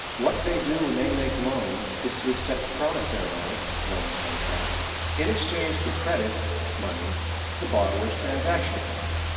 what they do when they make loans is to accept promissory notes loan contracts in exchange for credits money to the borrowers' transaction accounts.